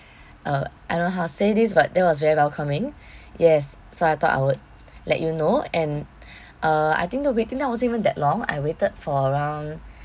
uh I don't know how to say this but that was very welcoming yes so I thought I would let you know and uh I think the waiting time wasn't even that long I waited for around